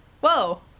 Whoa